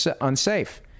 unsafe